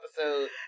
episode